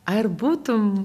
ar būtum